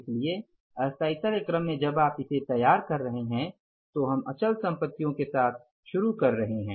इसलिए स्थायित्व के क्रम में जब आप इसे तैयार कर रहे हैं तो हम अचल संपत्तियों के साथ शुरू कर रहे हैं